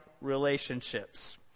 relationships